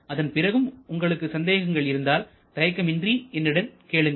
அதன் பிறகும் உங்களுக்கு சந்தேகங்கள் இருந்தால் தயக்கமின்றி என்னிடம் கேளுங்கள்